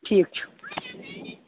ٹھیٖک چھُ